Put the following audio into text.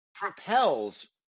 propels